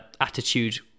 attitude